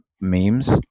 memes